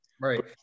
Right